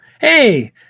hey